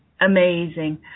amazing